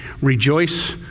rejoice